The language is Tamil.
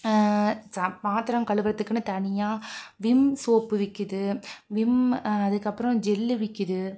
சா பாத்திரம் கழுவுறத்துக்குன்னு தனியாக விம் சோப்பு விற்கிது விம் அதுக்கப்புறம் ஜெல்லு விற்கிது